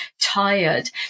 tired